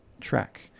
track